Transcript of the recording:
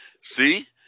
See